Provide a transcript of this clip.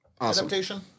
adaptation